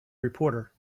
reporter